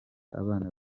abana